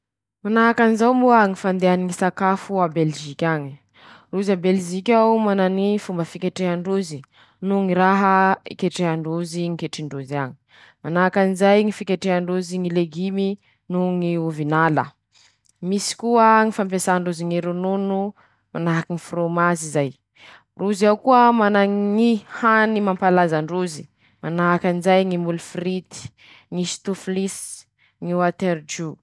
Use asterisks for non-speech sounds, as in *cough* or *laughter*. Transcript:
Manahakan'izao moa ñy fandehany sakafo a Belizik'añy: Rozy a Belizik'ao mana ñy fomba fiketrehandrozy no ñy raha iketreha ndrozy any ñy ketriky ndrozy añy, manahakan'izay ñy fiketreha ndrozy ñy legimy noho ñy ovin'ala, *shushes* misy koa ñy fampiasà ndrozy ñy ronono manahaky ñy forômazy zay, *shushes* rozy ao koa mana ngy hany mampalaza androzy, manahakanjay ñy molifirity, *shushes* ñy sitofilisy, ñy oaterijo.